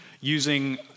Using